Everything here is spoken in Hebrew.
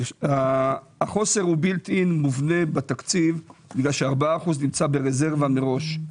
החוסר הוא בִּילד-אִין מובנה בתקציב בגלל ש-4% נמצא ברזרבה מראש,